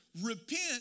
Repent